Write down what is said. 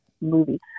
movie